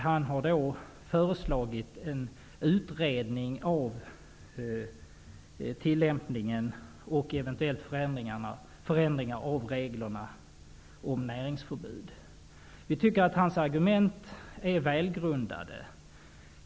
Han har föreslagit en utredning av tillämpningen och eventuellt förändringar av reglerna om näringsförbud. Vi tycker att hans argument är välgrundade.